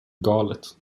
galet